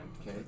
Okay